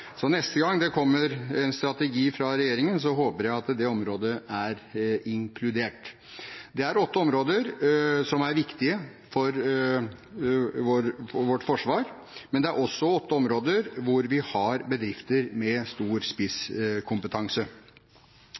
Så neste gang det kommer en strategi fra regjeringen, håper jeg at det området er inkludert. Det er åtte områder som er viktige for vårt forsvar, men det er også åtte områder hvor vi har bedrifter med stor spisskompetanse.